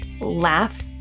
laugh